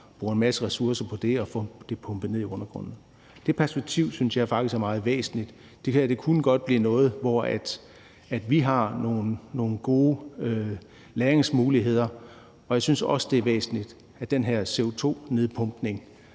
bruger en masse ressourcer på at få pumpet ned i undergrunden. Det perspektiv synes jeg faktisk er meget væsentligt. Det her kunne godt blive noget, hvor vi har nogle gode læringsmuligheder. Jeg synes også, det er væsentligt, at den CO2-nedpumpning